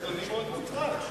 אתה נראה מאוד מוטרד.